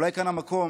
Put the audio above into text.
אולי כאן המקום